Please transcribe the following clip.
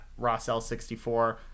RossL64